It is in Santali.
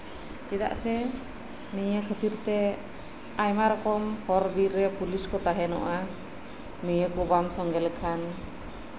ᱪᱮᱫᱟᱜ ᱥᱮ ᱱᱤᱭᱟᱹ ᱠᱷᱟᱹᱛᱤᱨᱛᱮ ᱟᱭᱢᱟ ᱨᱚᱠᱚᱢ ᱦᱚᱨ ᱵᱤᱨᱨᱮ ᱯᱩᱞᱤᱥ ᱠᱚ ᱛᱟᱸᱦᱮ ᱱᱚᱜᱼᱟ ᱱᱤᱭᱟᱹ ᱠᱚ ᱵᱟᱢ ᱥᱚᱝᱜᱮ ᱞᱮᱠᱷᱟᱱ